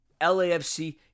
LAFC